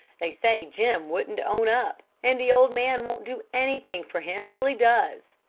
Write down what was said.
they say jim wouldn't own up, and the old man won't do anything for him till he does.